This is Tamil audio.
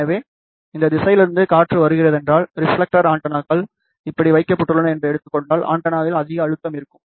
எனவே இந்த திசையிலிருந்து காற்று வருகிறதென்றால் ரிப்ஃலெக்டர் ஆண்டெனாக்கள் இப்படி வைக்கப்பட்டுள்ளன என்று எடுத்துக் கொண்டால் ஆண்டெனாவில் அதிக அழுத்தம் இருக்கும்